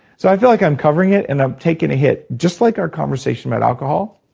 so i feel like i'm covering it and i'm taking a hit. just like our conversation about alcohol,